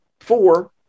four